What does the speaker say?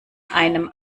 einem